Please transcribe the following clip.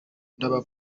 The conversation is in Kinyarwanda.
ndaba